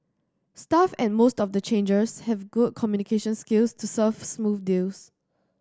staff at most of the changers have good communication skills to serve smooth deals